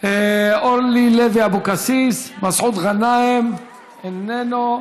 אורלי לוי אבקסיס, מסעוד גנאים, איננו,